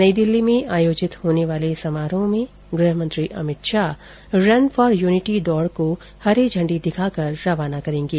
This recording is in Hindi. नई दिल्ली में आयोजित होने वाले समारोह में गृहमंत्री Amit Shah run for unity दौड को हरी झण्डी दिखाकर रवाना करेंगे